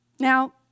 Now